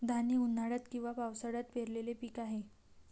धान हे उन्हाळ्यात किंवा पावसाळ्यात पेरलेले पीक आहे